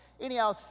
anyhow